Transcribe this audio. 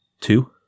Two